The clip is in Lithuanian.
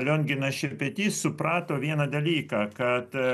lionginas šepetys suprato vieną dalyką kad